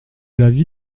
l’avis